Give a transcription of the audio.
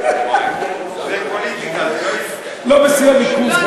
לא בשיא הריכוז, חברת הכנסת.